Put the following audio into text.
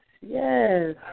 Yes